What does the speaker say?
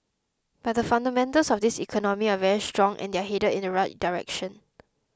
but the fundamentals of this economy are very strong and they're headed in the right direction